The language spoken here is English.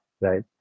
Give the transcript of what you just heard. right